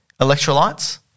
electrolytes